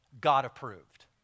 God-approved